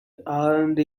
and